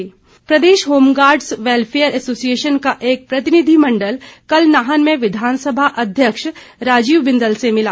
प्रतिनिधिमंडल प्रदेश home guards welfare association का एक प्रतिनिधिमंडल कल नाहन में विधानसभा अध्यक्ष राजीव बिंदल से मिला